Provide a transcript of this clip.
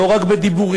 לא רק בדיבורים,